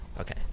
Okay